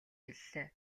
хэллээ